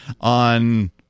on